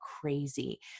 crazy